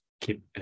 keep